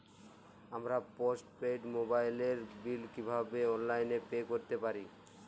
আমার postpaid মোবাইলের bill কীভাবে অনলাইনে পে করতে পারি?